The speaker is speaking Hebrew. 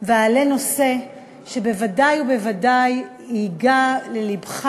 ואעלה נושא שבוודאי ובוודאי ייגע ללבך